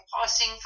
passing